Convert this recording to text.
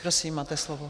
Prosím, máte slovo.